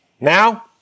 Now